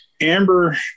Amber